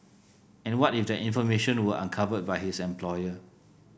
and what if that information were uncovered by his employer